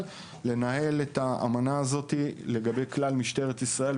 לנהל את האמנה הזאת לגבי כלל משטרת ישראל,